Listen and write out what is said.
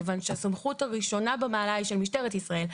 כיוון שהסמכות הראשונה במעלה היא של משטרת ישראל,